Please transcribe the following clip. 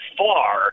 far